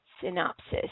synopsis